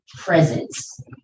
presence